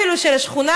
אפילו של השכונה,